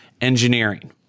engineering